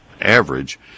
average